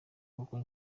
kuko